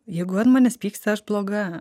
jeigu ant manęs pyksta aš bloga